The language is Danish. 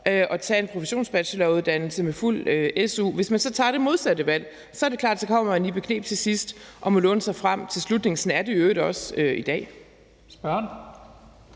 og tage en professionsbacheloruddannelse med fuld su. Og hvis man så tager det modsatte valg, er det klart, at så kommer man i bekneb til sidst og må låne sig frem i slutningen. Sådan er det i øvrigt også i dag.